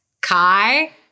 Kai